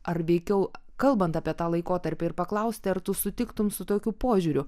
ar veikiau kalbant apie tą laikotarpį ir paklausti ar tu sutiktum su tokiu požiūriu